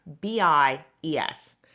B-I-E-S